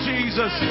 Jesus